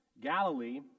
Galilee